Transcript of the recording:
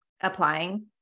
applying